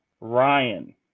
Ryan